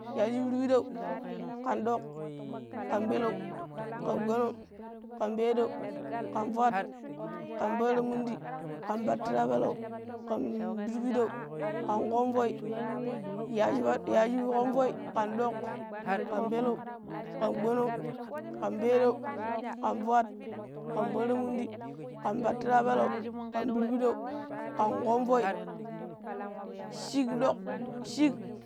Yaaji pirpiɗou kan ɗoƙ, ƙan peleu, ƙam gbono̱ng, ƙam peeɗou, ƙan fwaat, ƙan pattira, mundi ƙam pattira peleu ƙan pirpiɗou, ƙan ƙomvoi, yaaji yaaji ƙomvoi ƙan ɗoƙ, ƙan peleu, ƙan gbono̱ng, kan peeɗou, ƙan fuat, ƙan pattira mandi kan pattira peleu, ƙan pirpiɗou, ƙan ƙomvoi shik ɗoƙ shik.